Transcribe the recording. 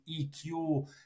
EQ